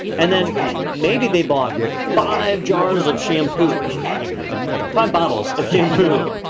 and then maybe they bought five jars of shampoo. you know shampoo doesn't come in jars, five bottles of shampoo.